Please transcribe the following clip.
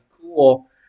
Cool